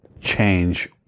change